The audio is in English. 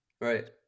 Right